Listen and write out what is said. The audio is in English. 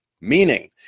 meaning